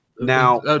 now